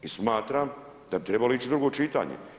I smatram da bi trebalo ić u drugo čitanje.